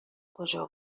کجا